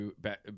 back